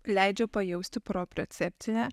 leidžia pajausti propriocepcinę